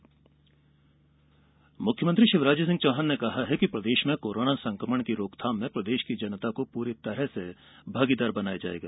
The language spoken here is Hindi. मुख्यमंत्री ऑक्सीमीटर मुख्यमंत्री शिवराज सिंह चौहान ने कहा है कि प्रदेश में कोरोना संकमण की रोकथाम में प्रदेश की जनता को पूरी तरह से भागीदार बनाया जायेगा